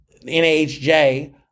NAHJ